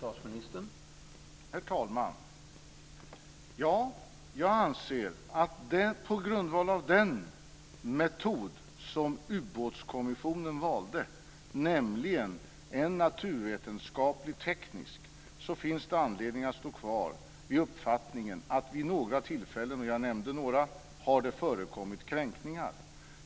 Herr talman! Ja, jag anser att det på grundval av den metod som Ubåtskommissionen valde, nämligen en naturvetenskaplig-teknisk, finns anledning att stå kvar vid uppfattningen att det vid några tillfällen - jag har nämnt några - har förekommit kränkningar.